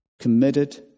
committed